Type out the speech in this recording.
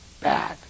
bad